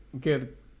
get